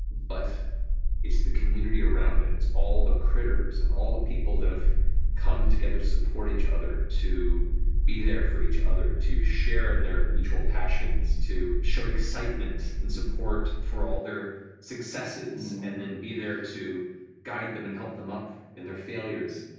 but it's the community around it, it's all the critters and all the people that have come together to support each other, to be there for each other, to share in their mutual passions, to show excitement and support for all their successes and then be there to guide them and help them up in their failures.